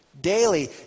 daily